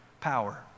power